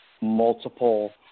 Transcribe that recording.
multiple